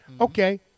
Okay